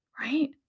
Right